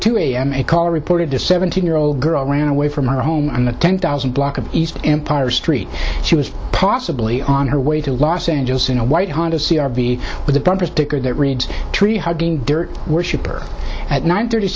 two a m a caller reported to seventeen year old girl ran away from her home on the ten thousand block of east empire street she was possibly on her way to los angeles in a white honda c r v with a bumper sticker that reads tree hugging dirt worshipper at nine thirty